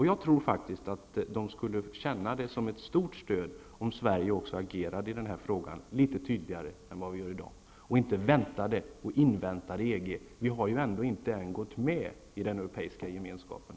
Jag tror att det skulle upplevas som ett starkt stöd om Sverige agerade litet tydligare i den här frågan än vad man gör i dag i stället för att invänta EG:s erkännande. Vi har ju ännu inte gått med i den europeiska gemenskapen.